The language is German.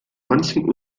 manchen